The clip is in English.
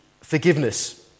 Forgiveness